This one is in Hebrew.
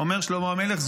אומר שלמה המלך,